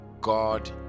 god